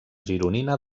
gironina